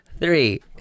Three